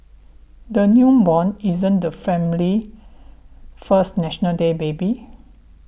the newborn isn't the family's first National Day baby